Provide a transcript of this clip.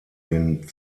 den